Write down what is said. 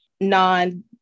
non